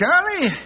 Charlie